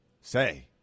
say